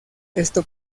esto